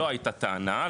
לא הייתה טענה,